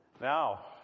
now